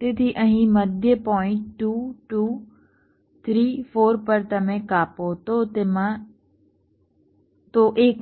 તેથી અહીં મધ્ય પોઇન્ટ 2 2 3 4 પર તમે કાપો તો 1